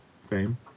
fame